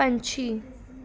ਪੰਛੀ